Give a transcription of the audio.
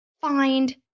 Find